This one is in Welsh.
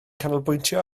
canolbwyntio